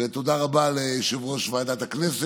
ותודה רבה ליושב-ראש ועדת הכנסת,